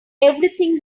everything